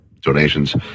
donations